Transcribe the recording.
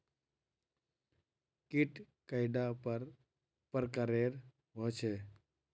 कीट कैडा पर प्रकारेर होचे?